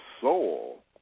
soul